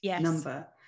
number